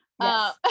Yes